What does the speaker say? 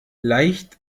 leicht